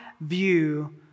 view